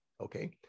Okay